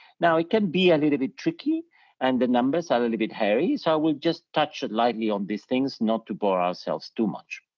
now, it can be a little bit tricky and the numbers are a little bit hairy, so i will just touch it lightly on these things, not to bore ourselves too much.